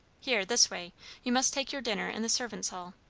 here, this way you must take your dinner in the servants' hall.